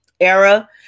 era